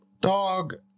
Dog